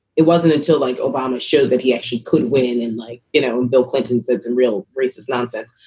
it wasn't until, like obama showed that he actually could win in, like, you know, bill clinton said, some real racist nonsense.